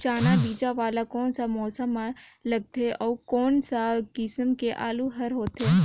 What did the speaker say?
चाना बीजा वाला कोन सा मौसम म लगथे अउ कोन सा किसम के आलू हर होथे?